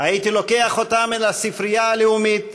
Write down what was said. הייתי לוקח אותם אל הספרייה הלאומית,